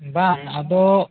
ᱵᱟᱝ ᱟᱫᱚ